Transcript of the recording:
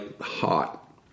hot